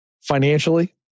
financially